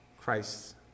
Christ